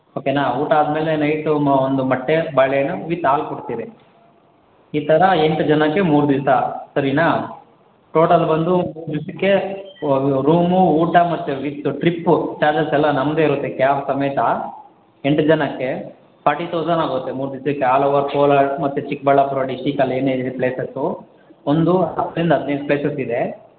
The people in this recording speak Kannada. ಓಕೇನಾ ಊಟ ಆದಮೇಲೆ ನೈಟು ಒಂದು ಮೊಟ್ಟೆ ಬಾಳೆಹಣ್ಣು ವಿತ್ ಹಾಲು ಕೊಡ್ತೇವೆ ಈ ಥರ ಎಂಟು ಜನಕ್ಕೆ ಮೂರು ದಿವಸ ಸರೀನಾ ಟೋಟಲ್ ಬಂದು ಮೂರು ದಿವಸಕ್ಕೆ ರೂಮು ಊಟ ಮತ್ತು ವಿತ್ ಟ್ರಿಪ್ ಚಾರ್ಜಸ್ ಎಲ್ಲ ನಮ್ಮದೇ ಇರುತ್ತೆ ಕ್ಯಾಬ್ ಸಮೇತ ಎಂಟು ಜನಕ್ಕೆ ಫಾರ್ಟಿ ತೌಸಂಡ್ ಆಗುತ್ತೆ ಮೂರು ದಿಸಕ್ಕೆ ಆಲ್ ಓವರ್ ಕೋಲಾರ ಮತ್ತು ಚಿಕ್ಕಬಳ್ಳಾಪುರ ಡಿಸ್ಟ್ರಿಕಲ್ಲಿ ಏನೇನಿದೆ ಪ್ಲೇಸಸ್ಸು ಒಂದು ಹತ್ತರಿಂದ ಹದಿನೈದು ಪ್ಲೇಸಸ್ ಇದೆ